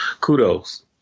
kudos